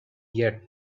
yet